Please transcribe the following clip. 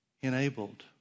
Enabled